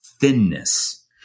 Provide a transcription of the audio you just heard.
thinness